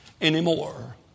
Anymore